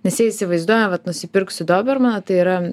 nes jie įsivaizduoja vat nusipirksiu dobermaną tai yra